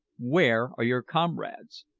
where are your comrades?